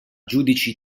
giudici